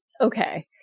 okay